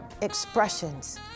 expressions